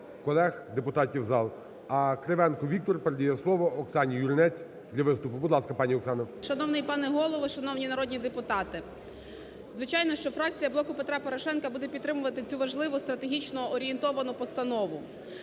Шановний пане Голово, шановні народні депутати! Звичайно, що фракція "Блоку Петра Порошенка" буде підтримувати цю важливу, стратегічно орієнтовану постанову.